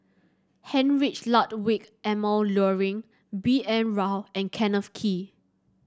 Heinrich Ludwig Emil Luering B N Rao and Kenneth Kee